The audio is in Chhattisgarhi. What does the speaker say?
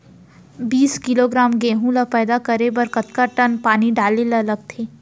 बीस किलोग्राम गेहूँ ल पैदा करे बर कतका टन पानी डाले ल लगथे?